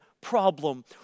problem